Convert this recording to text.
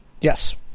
Yes